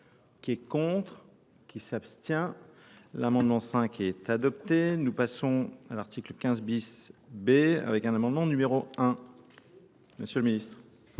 qui est contre, qui s'abstient. L'amendement 5 est adopté. Nous passons à l'article 15bis B avec un amendement numéro 1. Monsieur le Ministre.